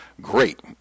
great